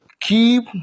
keep